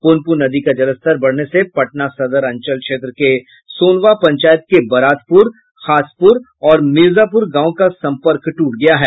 पुनपुन नदी का जलस्तर बढ़ने से पटना सदर अंचल क्षेत्र के सोनवा पंचायत के बरातपुर खासपुर और मिर्जापुर गांव का संपर्क ट्रट गया है